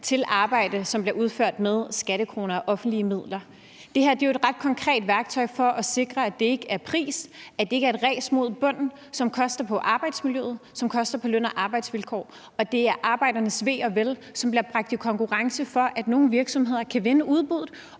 til arbejde, som bliver udført for skattekroner og offentlige midler. Det her er jo et ret konkret værktøj til at sikre, at det ikke er prisen – at det altså ikke er et ræs mod bunden, som koster i forhold til arbejdsmiljøet, og som koster i forhold til løn- og arbejdsvilkår – og at det ikke er arbejdernes ve og vel, som bliver bragt ind i konkurrencen, for at nogle virksomheder kan vinde udbuddet,